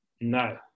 No